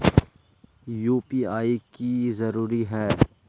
UPI की जरूरी है?